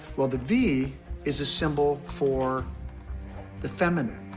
well, the v is a symbol for the feminine.